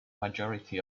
majority